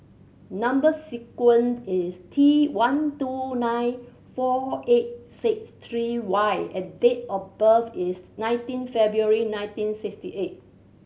number sequence is T one two nine four eight six three Y and date of birth is nineteen February nineteen sixty eight